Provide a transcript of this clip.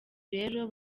rero